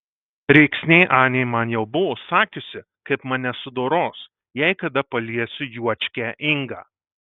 rėksnė anė man jau buvo sakiusi kaip mane sudoros jei kada paliesiu juočkę ingą